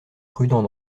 prudents